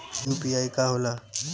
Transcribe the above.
UPI का होला?